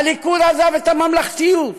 הליכוד עזב את הממלכתיות,